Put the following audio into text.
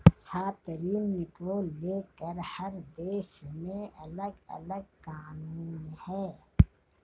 छात्र ऋण को लेकर हर देश में अलगअलग कानून है